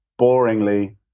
boringly